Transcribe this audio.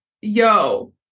yo